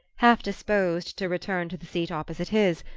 half-disposed to return to the seat opposite his,